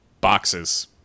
boxes